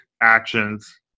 actions